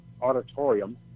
auditorium